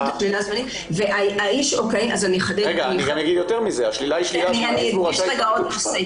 אני אגיד יותר מזה, השלילה היא זמנית